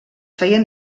feien